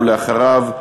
אחריו,